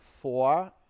four